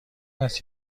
است